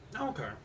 Okay